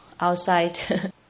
outside